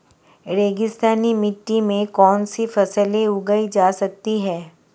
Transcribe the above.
रेगिस्तानी मिट्टी में कौनसी फसलें उगाई जा सकती हैं?